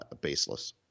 baseless